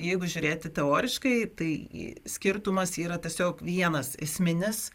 jeigu žiūrėti teoriškai tai skirtumas yra tiesiog vienas esminis